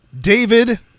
David